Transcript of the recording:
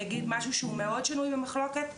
אני אגיד משהו שהוא מאוד שנוי במחלוקת.